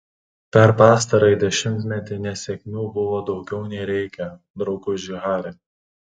per pastarąjį dešimtmetį nesėkmių buvo daugiau nei reikia drauguži hari